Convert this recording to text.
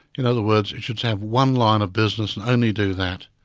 in other words, it should have one line of business and only do that.